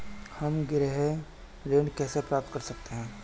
हम गृह ऋण कैसे प्राप्त कर सकते हैं?